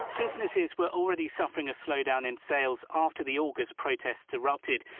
businesses were already suffering a slowdown in sales after the august protests erupted.